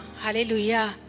Hallelujah